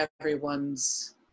everyone's